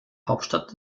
hauptstadt